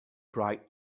bright